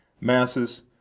Masses